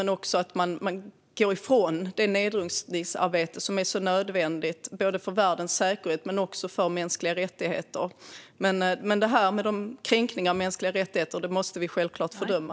Dessutom är risken att man går ifrån det nedrustningsarbete som är så nödvändigt både för världens säkerhet och för de mänskliga rättigheterna. Men kränkningarna av mänskliga rättigheter måste vi självklart fördöma.